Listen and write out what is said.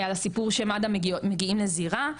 על הסיפור שמד"א מגיעים לזירה,